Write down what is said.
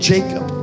Jacob